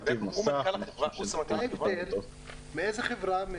נתיב נוסף --- אתה לא סמנכ"ל החברה?